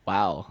Wow